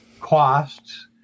costs